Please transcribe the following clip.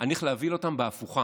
אני הולך להביא אותה בהפוכה,